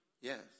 Yes